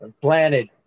planted